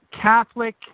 Catholic